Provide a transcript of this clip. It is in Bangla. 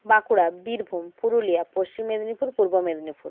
বাঁকুড়া বীরভূম পুরুলিয়া পশ্চিম মেদিনীপুর পূর্ব মেদিনীপুর